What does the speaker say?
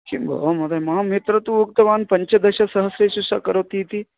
किं भो महोदय अहं मित्रं तु उक्तवान् पञ्चदशसहस्रेषु श करोति इति